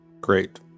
Great